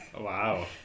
wow